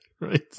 Right